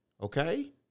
Okay